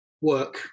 work